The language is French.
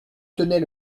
tenais